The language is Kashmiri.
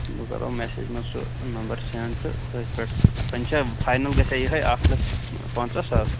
بہٕ کَرہو مٮ۪سٮ۪ج منٛز سُہ نَمبر سٮ۪نڈ تہٕ تٔتھۍ پٮ۪ٹھ وَنۍ چھا فٮ۪نَل گژھِ ہا یِہوے اکھ لَچھ پَنژھ ساس